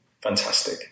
fantastic